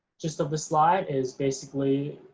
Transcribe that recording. gist of this slide is basically,